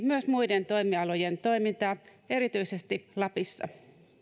myös muiden toimialojen toimintaa erityisesti lapissa